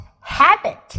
habit